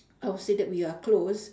I would say that we are close